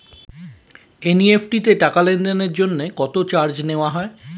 NEFT তে টাকা লেনদেনের জন্য কত চার্জ নেয়া হয়?